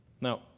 Now